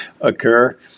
occur